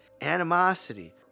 animosity